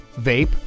vape